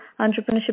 entrepreneurship